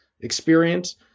experience